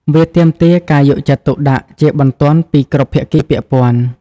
វាទាមទារការយកចិត្តទុកដាក់ជាបន្ទាន់ពីគ្រប់ភាគីពាក់ព័ន្ធ។